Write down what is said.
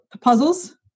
Puzzles